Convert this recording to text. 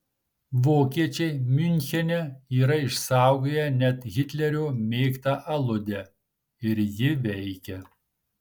vokiečiai miunchene yra išsaugoję net hitlerio mėgtą aludę ir ji veikia